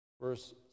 Verse